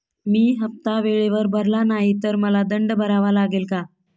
मी हफ्ता वेळेवर भरला नाही तर मला दंड भरावा लागेल का?